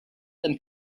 them